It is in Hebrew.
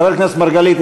חבר הכנסת מרגלית,